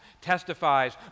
testifies